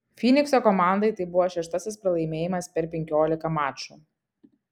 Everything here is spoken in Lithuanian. fynikso komandai tai buvo šeštasis pralaimėjimas per penkiolika mačų